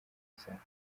bizatanga